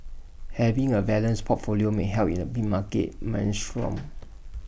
having A balanced portfolio may help in A big market maelstrom